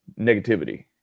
negativity